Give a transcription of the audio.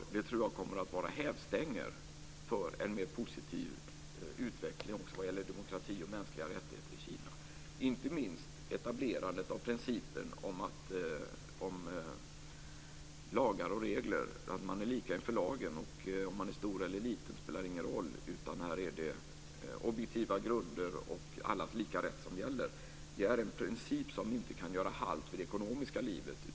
Det tror jag kommer att vara hävstänger för en mer positiv utveckling också vad gäller demokrati och mänskliga rättigheter i Kina, inte minst etablerandet av principen om att man är lika inför lagen och att det inte spelar någon roll om man är stor eller liten. Här är det objektiva grunder och allas lika rätt som gäller. Det är en princip som inte kan göras halvt i det ekonomiska livet.